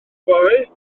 fory